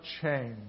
change